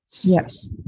Yes